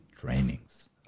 trainings